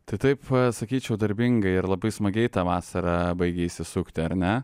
tai taip sakyčiau darbingai ir labai smagiai ta vasara baigia įsisukti ar ne